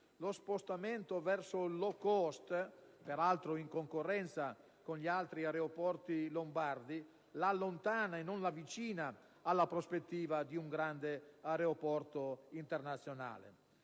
lo spostamento verso le compagnie *low cost* (peraltro in concorrenza con gli altri aeroporti lombardi) la allontana e non la avvicina alla prospettiva di un grande aeroporto internazionale.